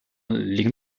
liegen